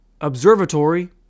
observatory